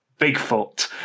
Bigfoot